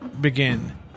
begin